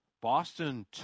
Boston